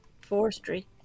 forestry